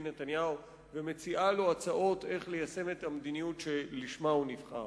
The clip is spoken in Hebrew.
נתניהו ומציעה לו הצעות איך ליישם את המדינות שלשמה הוא נבחר,